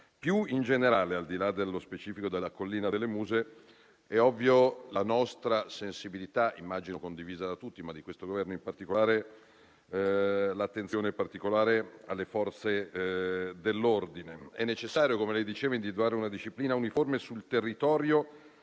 Più in generale, al di là dello specifico della "Collina delle Muse", è ovvio che la nostra sensibilità e attenzione, immagino condivisa da tutti, ma da questo Governo in particolare, va in particolare alle Forze dell'ordine. È necessario, come lei diceva, individuare una disciplina uniforme sul territorio